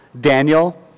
Daniel